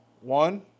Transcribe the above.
One